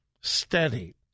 steady